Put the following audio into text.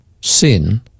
sin